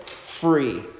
free